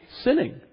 sinning